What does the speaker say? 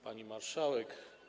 Pani Marszałek!